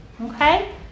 okay